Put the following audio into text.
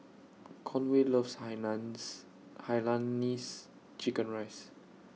Conway loves Hainan's Hainanese Chicken Rice